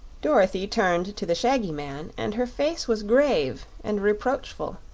dorothy turned to the shaggy man, and her face was grave and reproachful.